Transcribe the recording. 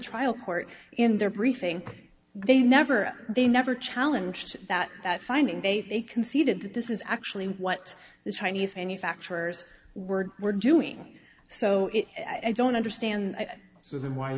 trial court in their briefing they never they never challenged that that finding they they conceded that this is actually what the chinese manufacturers were were doing so i don't understand why